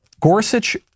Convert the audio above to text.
Gorsuch